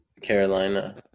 Carolina